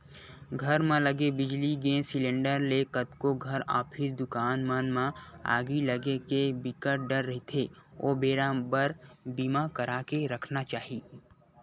घर म लगे बिजली, गेस सिलेंडर ले कतको घर, ऑफिस, दुकान मन म आगी लगे के बिकट डर रहिथे ओ बेरा बर बीमा करा के रखना चाही